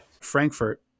Frankfurt